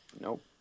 Nope